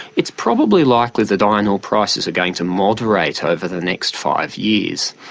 it's probably likely that iron ore prices are going to moderate over the next five years.